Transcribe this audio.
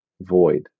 Void